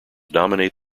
dominate